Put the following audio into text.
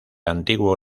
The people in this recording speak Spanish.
antiguo